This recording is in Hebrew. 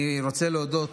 אני רוצה להודות